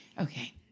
Okay